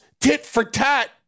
tit-for-tat